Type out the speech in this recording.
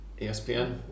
ESPN